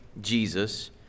Jesus